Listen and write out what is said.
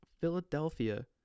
Philadelphia